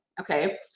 Okay